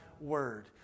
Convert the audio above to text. word